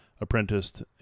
apprenticed